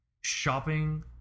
shopping